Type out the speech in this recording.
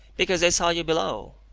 because i saw you below.